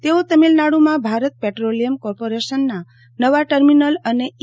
તેઓ તમિલનાડુમાં ભારત પેટ્રોલિયમ કોર્પોરેશનના નવા ટર્મીનલ અને ઇ